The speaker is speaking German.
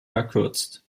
verkürzt